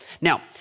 now